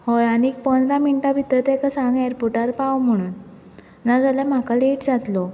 हय आनी एक पंदरा मिनटा भितर तेका सांग एअरपोर्टार पाव म्हणून नाजाल्यार म्हाका लेट जातलो